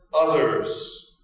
others